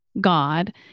God